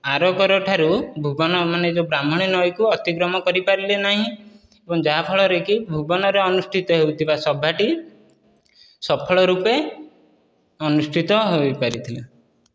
ଆର ପର ଠାରୁ ମାନେ ଭୁବନ ଠାରୁ ବ୍ରାହ୍ମଣୀ ନଈକୁ ଅତିକ୍ରମ କରି ପାରିଲେନାହିଁ ଏବଂ ଯାହା ଫଳରେ କି ଭୁବନରେ ଅନୁଷ୍ଠିତ ହେଉଥିବା ସଭାଟି ସଫଳ ରୂପେ ଅନୁଷ୍ଠିତ ହୋଇ ପାରିଥିଲା